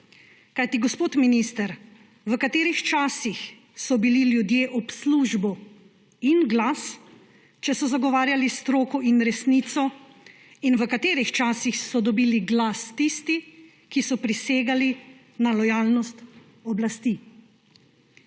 Kajti gospod minister, v katerih časih so bili ljudje ob službo in glas, če so zagovarjali stroko in resnico, in v katerih časih so dobili glas tisti, ki so prisegali na lojalnost oblasti?